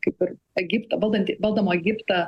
kaip ir egiptą valdanti valdomą egiptą